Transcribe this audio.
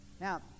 Now